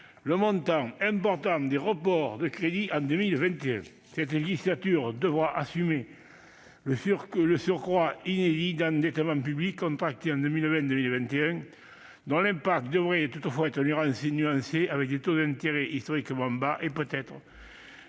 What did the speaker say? le montant important des reports de crédits en 2021. Cette législature devra assumer le surcroît inédit d'endettement public contracté en 2020-2021, dont l'impact devrait toutefois être nuancé, avec des taux d'intérêt historiquement bas et, peut-être,